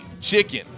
chicken